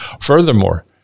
Furthermore